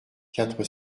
quatre